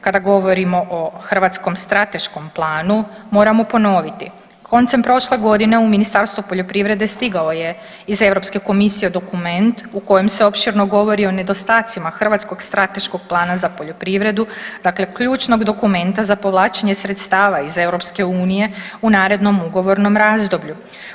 Kada govorimo o hrvatskom strateškom planu moramo ponoviti, koncem prošle godine u Ministarstvu poljoprivrede stigao je iz Europske komisije dokument u kojem se opširno govori o nedostacima Hrvatskog strateškog plana za poljoprivredu, dakle ključnog dokumenta za povlačenje sredstava iz EU u narednom ugovornom razdoblju.